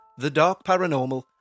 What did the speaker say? thedarkparanormal